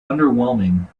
underwhelming